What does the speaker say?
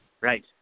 Right